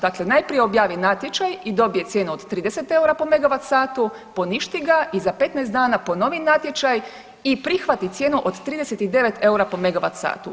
Dakle, najprije objavi natječaj i dobije cijenu od 30 eura po mega vat satu, poništi ga i za 15 dana ponovi natječaj i prihvati cijenu od 39 eura po mega vat satu.